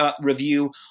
review